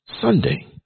Sunday